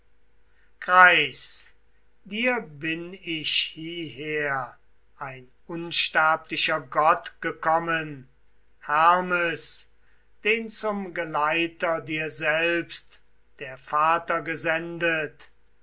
dir bin ich hieher ein unsterblicher gott gekommen hermes den zum geleiter dir selbst der vater gesendet